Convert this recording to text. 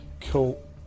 Cool